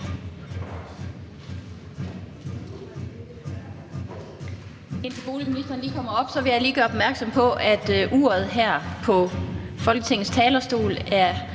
mens boligministeren lige kommer op, vil jeg gøre opmærksom på, at uret her på Folketingets talerstol er